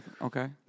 okay